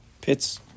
pits